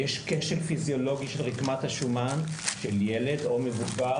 יש קשר פיזיולוגי של רקמת השומן של ילד או מבוגר